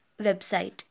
website